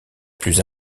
plus